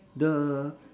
the